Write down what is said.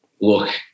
look